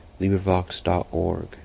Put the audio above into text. LibriVox.org